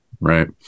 right